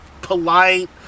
polite